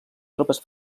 tropes